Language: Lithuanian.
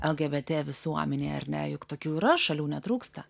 lgbt visuomenei ar ne juk tokių yra šalių netrūksta